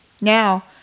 Now